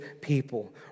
people